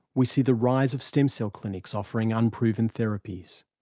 we see the rise of stem cell clinics offering unproven therapies.